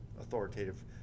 authoritative